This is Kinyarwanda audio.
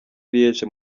liège